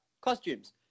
costumes